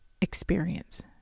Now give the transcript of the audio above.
experience